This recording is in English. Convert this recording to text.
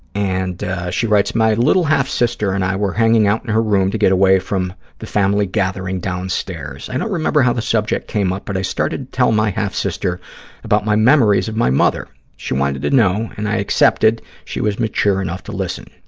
and she writes, my little half-sister and i were hanging out in her room to get away from the family gathering downstairs. i don't remember how the subject came up, but i started to tell my half-sister about my memories of my mother. she wanted to know and i accepted she was mature enough to listen.